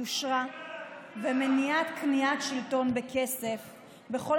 יושרה ומניעת קניית שלטון בכסף בכל